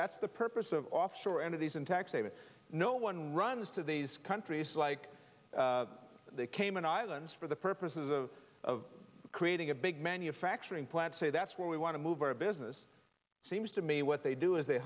that's the purpose of offshore entities in texas no one runs to these countries like the cayman islands for the purposes of of creating a big manufacturing plant say that's where we want to move our business seems to me what they do is they